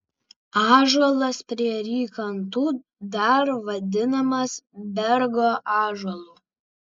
ąžuolas prie rykantų dar vadinamas bergo ąžuolu